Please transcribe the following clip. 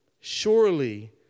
Surely